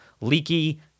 leaky